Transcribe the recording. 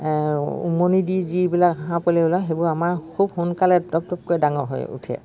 উমনি দি যিবিলাক হাঁহ পোৱালি ওলায় সেইবোৰ আমাৰ খুব সোনকালে টপটপকৈ ডাঙৰ হৈ উঠে